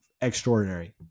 extraordinary